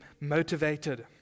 motivated